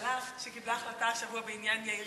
הממשלה שקיבלה החלטה השבוע בעניין יאיר